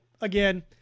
Again